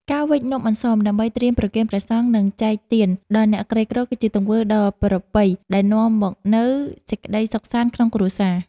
ការវេចនំអន្សមដើម្បីត្រៀមប្រគេនព្រះសង្ឃនិងចែកទានដល់អ្នកក្រីក្រគឺជាទង្វើដ៏ប្រពៃដែលនាំមកនូវសេចក្ដីសុខសាន្តក្នុងគ្រួសារ។